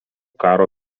karo